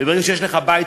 וברגע שיש לך בית,